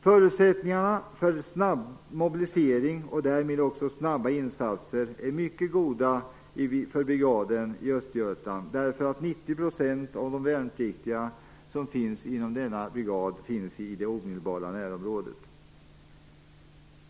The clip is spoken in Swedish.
Förutsättningarna för en snabb mobilisering och därmed också snabba insatser är mycket goda i brigaden i Östergötland, där 90 % av de värnpliktiga finns inom det omedelbara närområdet.